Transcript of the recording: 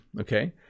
okay